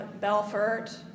Belfort